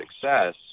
success